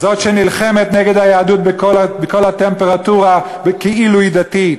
זאת שנלחמת נגד היהדות בכל הטמפרטורה כאילו היא דתית,